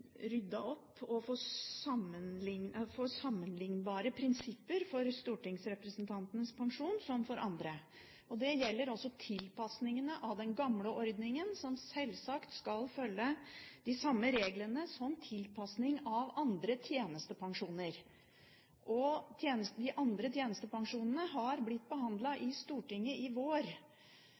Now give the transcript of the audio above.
ryddet opp og får sammenlignbare prinsipper for stortingsrepresentantenes pensjon og andres. Det gjelder også tilpasningene av den gamle ordningen, som sjølsagt skal følge de samme reglene som andre tjenestepensjoners tilpasning. De andre tjenestepensjonene ble behandlet i Stortinget i vår.